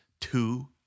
two